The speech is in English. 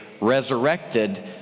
resurrected